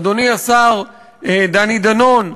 אדוני השר דני דנון,